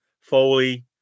Foley